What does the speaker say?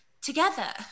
together